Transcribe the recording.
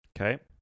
Okay